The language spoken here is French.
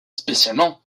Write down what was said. spécialement